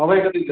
ହଉ ଭାଇ